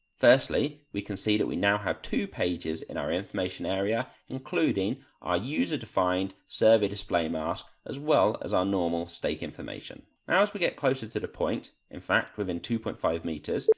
firstly we can see that we now have two pages in our information area including our user defined survey display mask as well as our normal stake information. now as we get closer to the point, in fact within two point five metres,